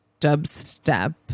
dubstep